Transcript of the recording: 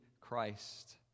Christ